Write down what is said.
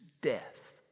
death